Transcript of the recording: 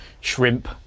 shrimp